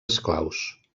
esclaus